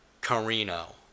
Carino